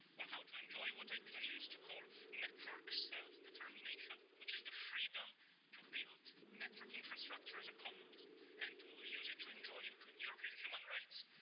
on how to enjoy what like i used to call network self-determination, which is the freedom to build network infrastructures as commons and to use it to enjoy your your human rights.